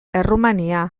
errumania